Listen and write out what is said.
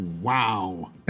Wow